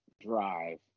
drive